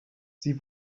sie